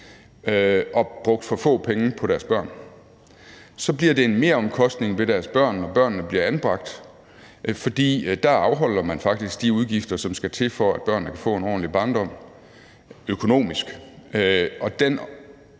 og brugt for få penge på deres børn. Så bliver det en meromkostning ved deres børn, at børnene bliver anbragt, for der afholder man faktisk de udgifter økonomisk, som der skal til, for at børnene kan få en ordentlig barndom, og